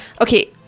okay